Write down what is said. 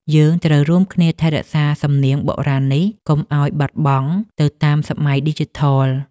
យើងត្រូវរួមគ្នាថែរក្សាសំនៀងបុរាណនេះ កុំឱ្យបាត់បង់ទៅតាមសម័យឌីជីថល។